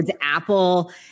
apple